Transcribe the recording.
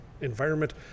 environment